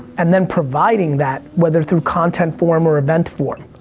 and then providing that weather through content form or event form.